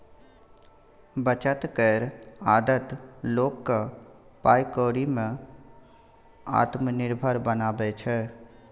बचत केर आदत लोक केँ पाइ कौड़ी में आत्मनिर्भर बनाबै छै